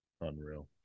unreal